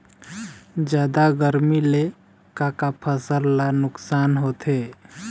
जादा गरमी ले का का फसल ला नुकसान होथे?